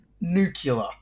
nuclear